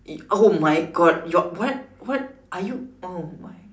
it oh my God your what what are you oh my